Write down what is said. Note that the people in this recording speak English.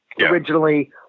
Originally